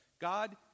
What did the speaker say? God